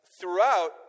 throughout